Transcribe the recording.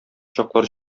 чаклар